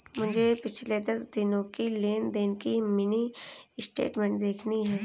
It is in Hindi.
मुझे पिछले दस दिनों की लेन देन की मिनी स्टेटमेंट देखनी है